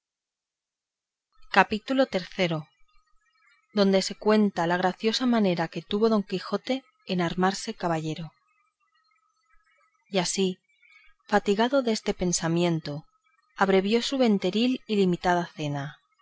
capítulo iii donde se cuenta la graciosa manera que tuvo don quijote en armarse caballero y así fatigado deste pensamiento abrevió su venteril y limitada cena